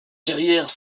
carrière